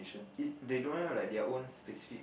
is they don't have like their own specific